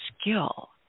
skill